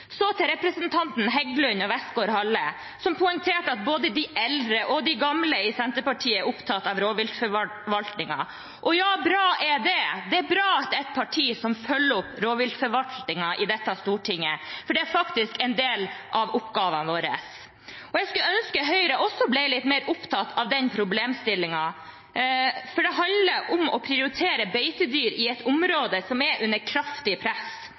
Så til representantene Heggelund og Westgaard-Halle, som poengterte at både de unge og de gamle i Senterpartiet er opptatt av rovviltforvaltningen. Ja, og bra er det. Det er bra å ha et parti som følger opp rovviltforvaltningen i dette stortinget, for det er faktisk en del av oppgavene våre. Jeg skulle ønske Høyre også ble litt mer opptatt av den problemstillingen, for det handler om å prioritere beitedyr i et område som er under kraftig press,